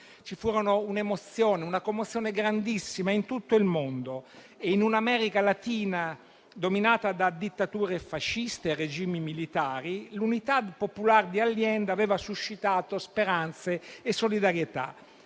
Ci furono un'emozione e una commozione grandissime in tutto il mondo. In un'America Latina dominata da dittature fasciste e regimi militari, l'Unidad Popular di Allende aveva suscitato speranze e solidarietà: